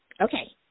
Okay